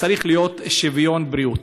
צריך להיות שוויון בבריאות.